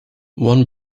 one